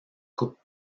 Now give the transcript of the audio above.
coupe